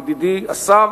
ידידי השר,